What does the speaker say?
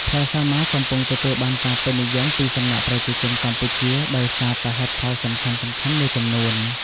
ផ្លែសាវម៉ាវកំពុងទទួលបានការពេញនិយមពីសំណាក់ប្រជាជនកម្ពុជាដោយសារតែហេតុផលសំខាន់ៗមួយចំនួន